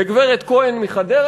גברת כהן מחדרה,